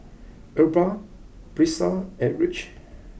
Aubra Brisa and Rich